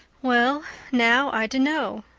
well now, i dunno,